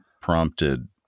prompted